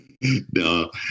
No